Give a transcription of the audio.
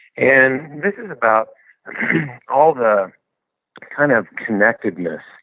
and this is about all the kind of connectedness.